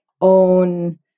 own